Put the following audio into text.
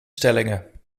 stellingen